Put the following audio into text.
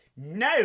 No